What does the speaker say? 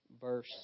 Verse